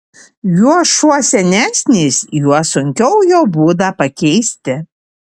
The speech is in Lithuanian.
juo šuo senesnis juo sunkiau jo būdą pakeisti